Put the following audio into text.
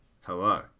Hello